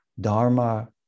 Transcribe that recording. Dharma